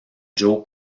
joe